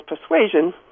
persuasion